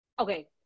okay